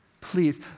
please